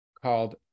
called